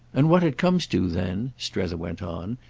and what it comes to then, strether went on,